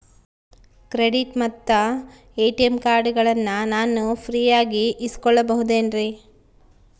Credit ಮತ್ತ ATM ಕಾರ್ಡಗಳನ್ನ ನಾನು ಫ್ರೇಯಾಗಿ ಇಸಿದುಕೊಳ್ಳಬಹುದೇನ್ರಿ?